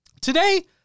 today